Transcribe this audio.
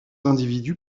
individus